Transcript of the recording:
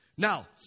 Now